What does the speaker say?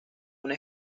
una